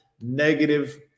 negative